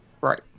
Right